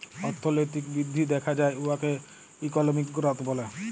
অথ্থলৈতিক বিধ্ধি দ্যাখা যায় উয়াকে ইকলমিক গ্রথ ব্যলে